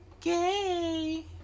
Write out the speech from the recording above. gay